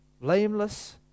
blameless